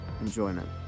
enjoyment